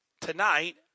tonight